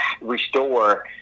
restore